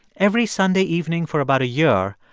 every sunday evening for about a year,